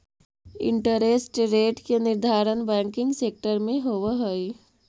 interest rate के निर्धारण banking sector में होवऽ हई